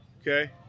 Okay